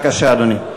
בבקשה, אדוני.